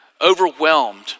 overwhelmed